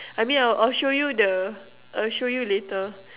I mean I will show you the I will show you later